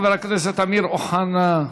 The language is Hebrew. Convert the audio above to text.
חבר הכנסת אמיר אוחנה,